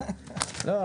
הישיבה ננעלה בשעה 11:10.